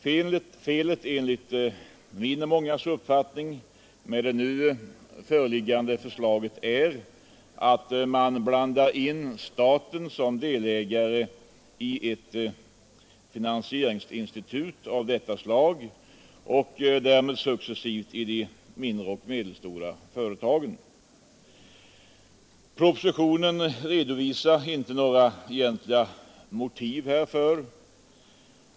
Felet med det nu föreliggande förslaget är enligt min och mångas uppfattning att man blandar in staten som delägare i ett finansieringsinstitut av detta slag och därmed successivt i de mindre och medelstora företagen. ågra egentliga motiv härför.